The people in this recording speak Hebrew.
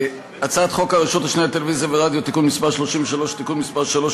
בהצעת חוק הרשות השנייה לטלוויזיה ורדיו (תיקון מס' 33) (תיקון מס' 3),